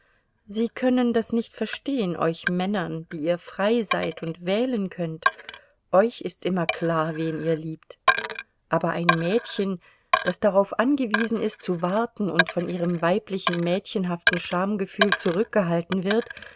sie können das nicht verstehen euch männern die ihr frei seid und wählen könnt euch ist immer klar wen ihr liebt aber ein mädchen das darauf angewiesen ist zu warten und von ihrem weiblichen mädchenhaften schamgefühl zurückgehalten wird